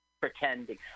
pretending